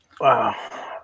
Wow